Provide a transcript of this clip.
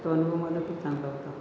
तो अनुभव माझा खूप चांगला होता